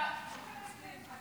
אני